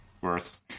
worse